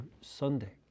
Sunday